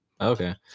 okay